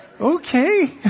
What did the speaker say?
Okay